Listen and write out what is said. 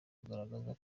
kugaragaza